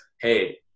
hey